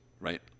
right